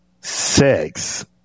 Sex